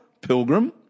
pilgrim